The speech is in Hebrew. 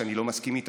שאני לא מסכים לה,